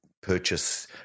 purchase